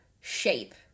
shape